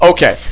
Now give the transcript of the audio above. Okay